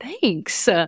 Thanks